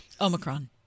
Omicron